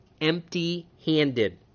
empty-handed